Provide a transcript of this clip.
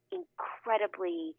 incredibly